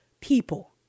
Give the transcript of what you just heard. people